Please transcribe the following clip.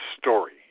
story